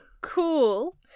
cool